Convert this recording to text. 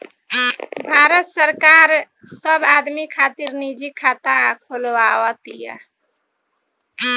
भारत सरकार सब आदमी खातिर निजी खाता खोलवाव तिया